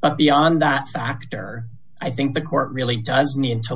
but beyond that factor i think the court really does need to